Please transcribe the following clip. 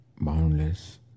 boundless